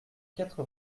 quatre